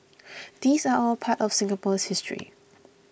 these are all part of Singapore's history